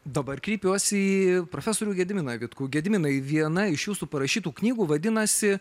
dabar kreipiuosi į profesorių gediminą vitkų gediminą į viena iš jūsų parašytų knygų vadinasi